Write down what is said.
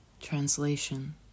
translation